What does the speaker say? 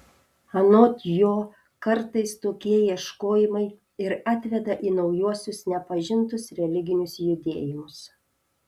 anot jo kartais tokie ieškojimai ir atveda į naujuosius nepažintus religinius judėjimus